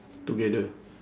together